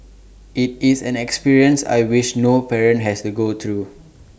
IT is an experience I wish no parent has to go through